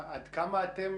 עד כמה אתם